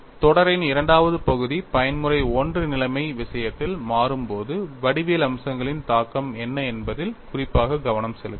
தொடரின் இரண்டாவது பகுதி பயன்முறை I நிலைமை விஷயத்தில் மாறும்போது வடிவியல் அம்சங்களின் தாக்கம் என்ன என்பதில் குறிப்பாக கவனம் செலுத்தினோம்